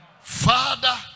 Father